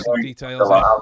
details